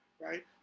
right